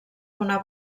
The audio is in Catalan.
donar